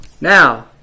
Now